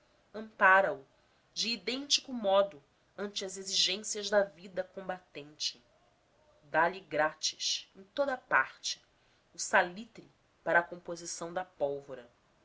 ampara o de idêntico modo ante as exigências da vida combatente dá-lhe grátis em toda a parte o salitre para a composição da pólvora